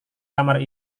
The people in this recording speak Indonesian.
kamar